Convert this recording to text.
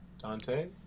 Dante